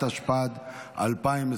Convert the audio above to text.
התשפ"ד 2024